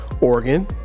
Oregon